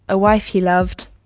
a wife he loved